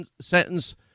sentence